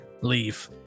Leave